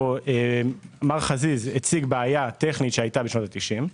מר חזיז הציג בעיה טכנית שהייתה בשנות ה-90',